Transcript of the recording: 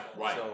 right